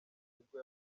nibwo